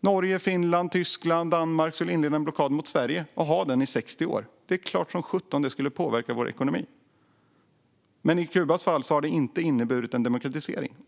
Norge, Finland, Tyskland och Danmark skulle inleda en blockad mot Sverige och hålla fast vid den i 60 år är det klart som sjutton att det skulle påverka vår ekonomi. Men i Kubas fall har det inte inneburit en demokratisering.